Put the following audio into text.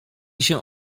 się